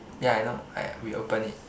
ya I know I reopen it